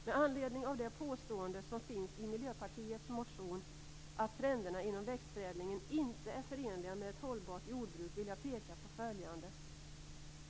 Med anledning av det påstående som finns i Miljöpartiets motion att trenderna inom växtförädlingen inte är förenliga med ett hållbart jordbruk vill jag peka på följande.